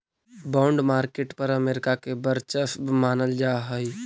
bond market पर America के वर्चस्व मानल जा हइ